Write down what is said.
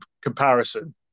comparison